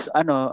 ano